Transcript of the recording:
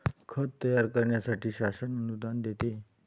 खत तयार करण्यासाठी शासन अनुदान देते